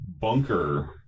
bunker